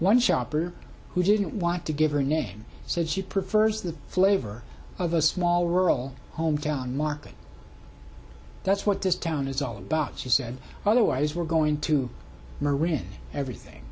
one shopper who didn't want to give her name said she prefers the flavor of a small rural home town market that's what this town is all about she said otherwise we're going to miranda everything